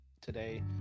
today